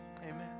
Amen